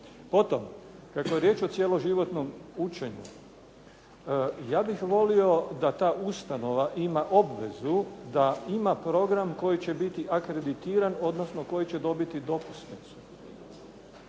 Potom, kako je riječ o cjeloživotnom učenju ja bih volio da ta ustanova ima obvezu da ima program koji će biti akreditiran, odnosno koji će dobiti dopusnicu.